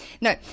No